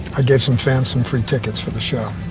i gave some fans some free tickets for the show.